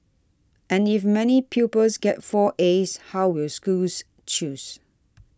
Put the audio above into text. and if many pupils get four as how will schools choose